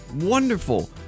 Wonderful